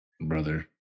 Brother